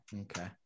Okay